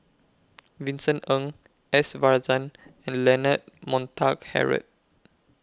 Vincent Ng S Varathan and Leonard Montague Harrod